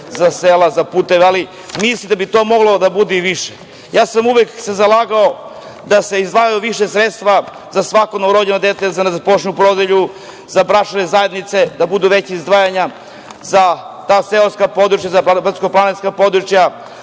za sela, za puteve, ali mislim da bi to moglo da bude i više. Uvek sam se zalagao da se izdvaja više sredstava za svako novorođeno dete, za nezaposlenu porodilju, za bračne zajednice da budu veća izdvajanja, za ta seoska područja, za brdsko-planinska područja,